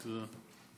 תודה.